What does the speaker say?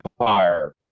empire